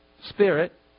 Spirit